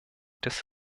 des